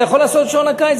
אתה יכול לעשות שעון קיץ,